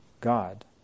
God